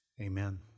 Amen